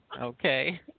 Okay